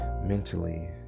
mentally